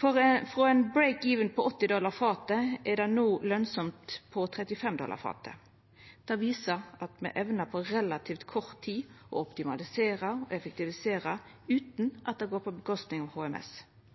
Frå ein «break-even» på 80 dollar fatet er det no lønsamt på 35 dollar fatet. Det viser at me evnar på relativt kort tid å optimalisera og effektivisera utan at det går ut over HMS. Castberg vil, når det er i produksjon, vera med på